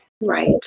Right